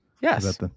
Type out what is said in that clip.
Yes